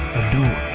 a doer,